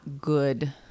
good